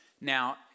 Now